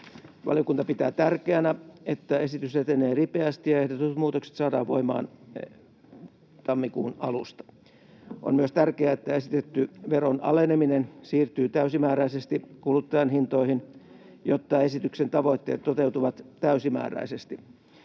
Valiokunta pitää tärkeänä, että esitys etenee ripeästi ja ehdotetut muutokset saadaan voimaan tammikuun alusta. On myös tärkeää, että esitetty veron aleneminen siirtyy täysimääräisesti kuluttajahintoihin, jotta esityksen tavoitteet toteutuvat täysimääräisesti.